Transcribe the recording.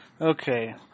Okay